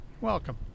Welcome